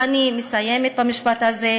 ואני מסיימת במשפט הזה,